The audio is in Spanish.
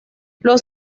los